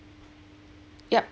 yup